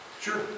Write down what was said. Sure